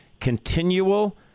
continual